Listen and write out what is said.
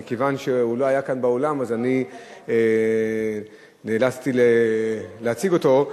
רק מכיוון שהוא לא היה כאן באולם אני נאלצתי לייצג אותו.